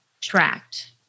tracked